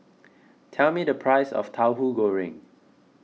tell me the price of Tauhu Goreng